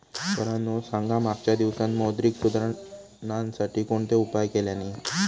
पोरांनो सांगा मागच्या दिवसांत मौद्रिक सुधारांसाठी कोणते उपाय केल्यानी?